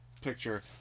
picture